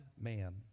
man